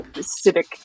civic